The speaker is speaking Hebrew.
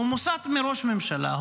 הוא מוסת מראש ממשלה,